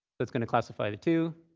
it's going to classify the two.